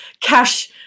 cash